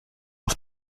auf